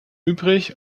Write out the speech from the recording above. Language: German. übrig